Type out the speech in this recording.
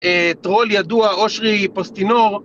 טרול ידוע, אושרי פוסטינור